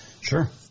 Sure